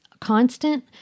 constant